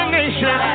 nation